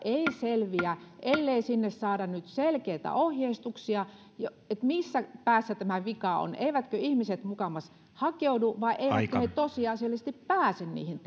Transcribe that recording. ei selviä ellei sinne saada nyt selkeitä ohjeistuksia missä päässä tämä vika on eivätkö ihmiset mukamas hakeudu vai eivätkö he tosiasiallisesti pääse niihin